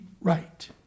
right